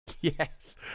yes